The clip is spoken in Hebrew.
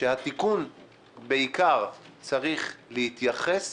שהתיקון בעיקר צריך להתייחס